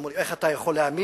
אמרו לי: איך אתה יכול להאמין?